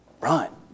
Run